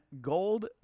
gold